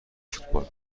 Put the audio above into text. فوتبال